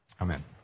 Amen